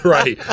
Right